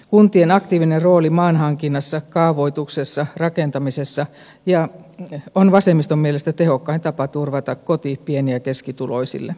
kuntien aktiivinen rooli maanhankinnassa kaavoituksessa rakentamisessa on vasemmiston mielestä tehokkain tapa turvata koti pieni ja keskituloisille